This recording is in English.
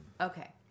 Okay